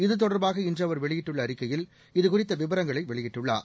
இது தொடர்பாக இன்று அவர் வெளியிட்டுள்ள அறிக்கையில் இது குறித்த விவரங்களை வெளியிட்டுள்ளார்